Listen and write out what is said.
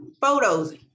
photos